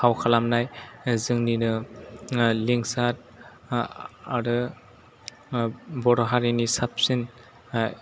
फाव खालामनाय जोंनिनो लिंसार आरो बर' हारिनि साबसिन